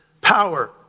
power